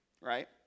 right